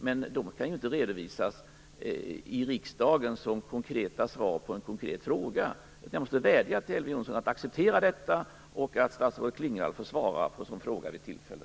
Men de kan inte redovisas i riksdagen som konkreta svar på en konkret fråga. Jag måste vädja till Elver Jonsson att acceptera detta och att statsrådet Klingvall får svara på frågan vid tillfälle.